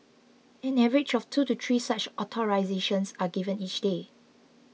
an average of two to three such authorisations are given each day